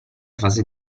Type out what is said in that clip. fase